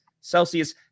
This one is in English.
Celsius